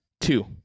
Two